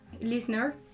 listener